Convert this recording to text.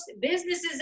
businesses